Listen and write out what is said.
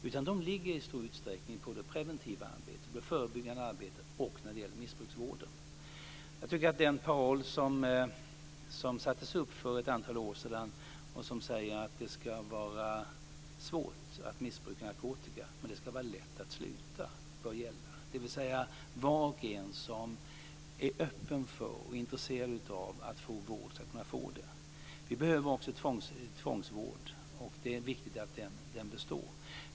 Problemet ligger i stor utsträckning på det preventiva arbetet, det förebyggande arbetet, och missbrukarvården. Den paroll som sattes upp för ett antal år sedan som säger att det ska vara svårt att missbruka narkotika men lätt att sluta bör gälla. Var och en som är öppen för och intresserad av att få vård ska kunna få det. Det behövs också tvångsvård; det är viktigt att den består.